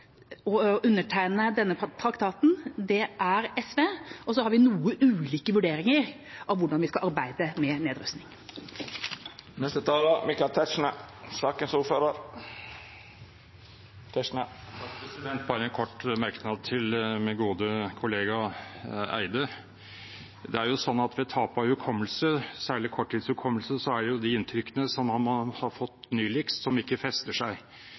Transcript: å undertegne denne traktaten, og det er SV. Så har vi noe ulike vurderinger av hvordan vi skal arbeide med nedrustning. Bare en kort merknad til min gode kollega Petter Eide: Det er jo slik at ved tap av hukommelse, særlig korttidshukommelse, er det de inntrykkene man har fått nyligst, som ikke fester seg,